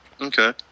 Okay